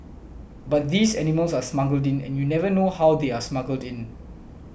but these animals are smuggled in and you never know how they are smuggled in